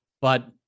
but-